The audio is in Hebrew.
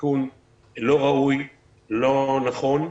תיקון לא ראוי ולא נכון,